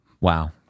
wow